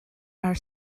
are